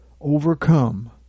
overcome